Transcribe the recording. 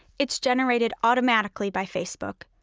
it is generated automatically by facebook.